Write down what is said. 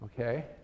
okay